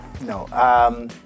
No